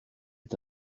est